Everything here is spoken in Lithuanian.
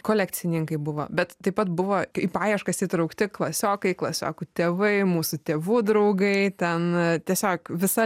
kolekcininkai buvo bet taip pat buvo į paieškas įtraukti klasiokai klasiokų tėvai mūsų tėvų draugai ten tiesiog visa